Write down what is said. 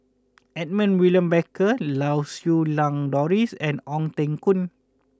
Edmund William Barker Lau Siew Lang Doris and Ong Teng Koon